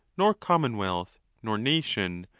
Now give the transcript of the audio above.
nor com monwealth, nor nation,